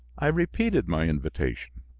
i repeated my invitation.